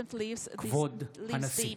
כבוד הנשיא!